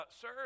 Sir